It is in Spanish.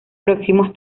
próximos